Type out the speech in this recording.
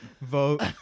Vote